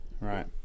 Right